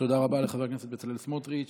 תודה רבה לחבר הכנסת בצלאל סמוטריץ'.